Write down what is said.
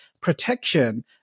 protection